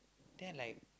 then I like